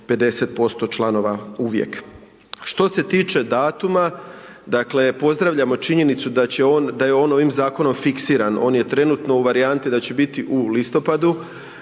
50% članova uvijek. Što se tiče datuma, pozdravljamo činjenicu, da je on ovim zakonom fiksiran, on je trenutno u varijantni da će biti u listopadu.